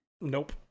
nope